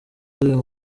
z’uyu